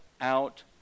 out